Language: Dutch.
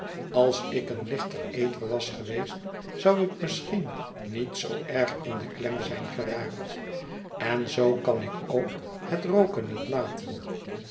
als ik een lichter eter was geweest zou ik misschien niet zoo erg in de klem zijn geraakt en zoo kan ik ook het rooken niet laten